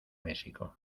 méxico